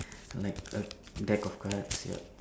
like a deck of cards yup